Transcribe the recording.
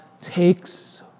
takes